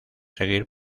seguir